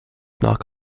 knock